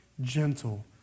gentle